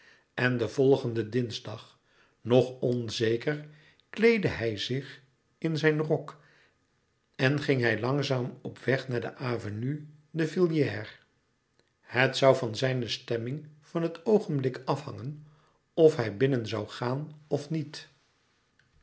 en den volgenden dinsdag nog onzeker kleedde hij zich in zijn rok en ging hij langzaam op weg naar de avenue de villiers het zoû van zijne stemming van het oogenblik afhangen of hij binnen zoû gaan of niet